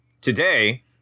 today